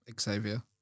Xavier